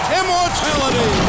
immortality